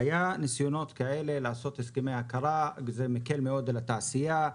היו ניסיונות כאלה לעשות הסכמי הכרה וזה מקל מאוד על התעשייה.